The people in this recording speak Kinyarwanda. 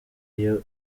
iyo